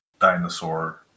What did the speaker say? dinosaur